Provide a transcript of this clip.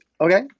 Okay